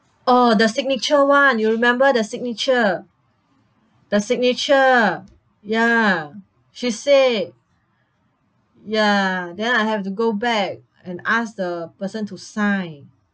oh the signature [one] you remember the signature the signature ya she said ya then I have to go back and ask the person to sign